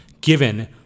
given